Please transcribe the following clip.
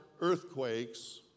earthquakes